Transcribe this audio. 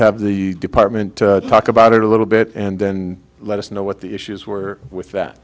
have the department talk about it a little bit and then let us know what the issues were with that